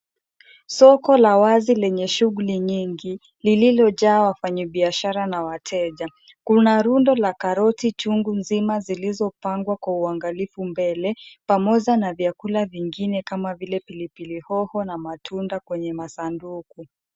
Soko la wazi lenye shughuli nyingi lililojaa wafanyibiashara na wateja. Kuna rundo la karoti chungu nzima zilizopangwa kwa uangalifu mbele pamoja na vyakula vingine kama vile pilipili hoho na matunda kwenye masanduku.